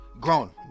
Grown